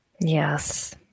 Yes